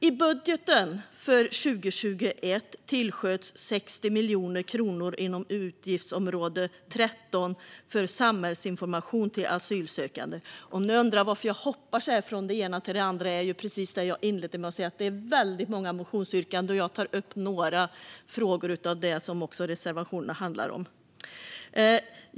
I budgeten för 2021 tillsköts 60 miljoner kronor inom utgiftsområde 13 för samhällsinformation till asylsökande. Ni kanske undrar varför jag hoppar så här från det ena till det andra. Det beror på det som jag inledde med att säga: att det är väldigt många motionsyrkanden. Jag tar även upp några frågor om det som reservationerna handlar om.